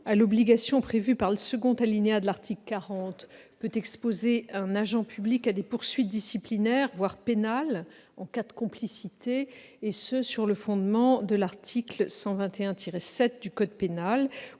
à l'obligation prévue par le second alinéa de l'article 40 peut exposer un agent public à des poursuites disciplinaires, voire pénales, en cas de complicité, sur le fondement de l'article 121-7 du code pénal,